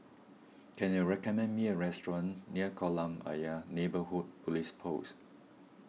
can you recommend me a restaurant near Kolam Ayer Neighbourhood Police Post